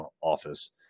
office